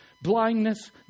Blindness